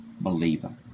believer